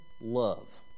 love